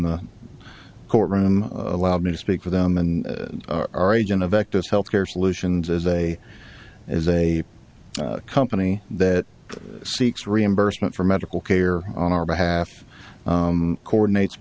the courtroom allowed me to speak for them and our agent of act as health care solutions as a as a company that seeks reimbursement for medical care on our behalf coordinates